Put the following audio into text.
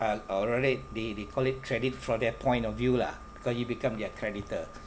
uh they they call it credit from their point of view lah because you become their creditor